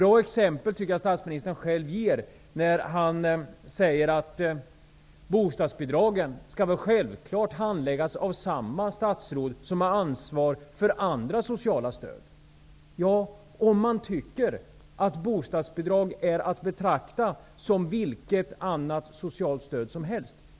Jag tycker att statsministern själv ger ett bra exempel när han säger att bostadsbidragen självfallet skall handläggas av samma statsråd som har ansvar för andra sociala stöd. Det är en naturlig slutsats -- om man tycker att bostadsbidrag är att betrakta som vilket annat socialt stöd som helst.